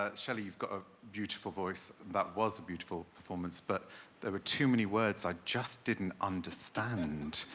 ah shelly, you've got a beautiful voice, that was a beautiful performance, but there were too many words i just didn't understand.